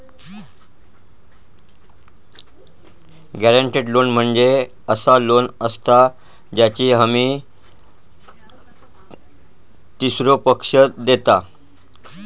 guaranteed loan म्हणजे असा loan असता ज्याची हमी तीसरो पक्ष देता